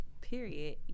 period